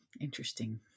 interesting